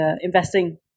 investing